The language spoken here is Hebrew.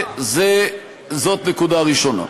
זאת נקודה ראשונה.